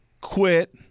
quit